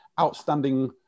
outstanding